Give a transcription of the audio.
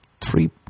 three